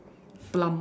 plum